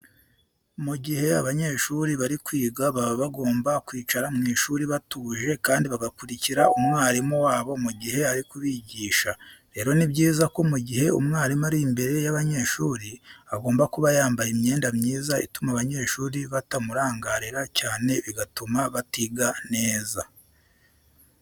Mu gihe abanyeshuri bari kwiga baba bagomba kwicara mu ishuri batuje kandi bagakurikira umwarimu wabo mu gihe ari kubigisha. Rero ni byiza ko mu gihe umwarimu ari imbere y'abanyeshuri agomba kuba yambaye imyenda myiza ituma abanyeshuri batamurangarira cyane bigatuma batiga neza.